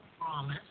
promise